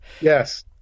Yes